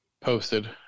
posted